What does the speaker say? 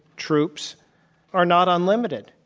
troops are not unlimited.